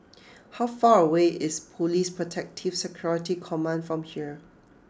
how far away is Police Protective Security Command from here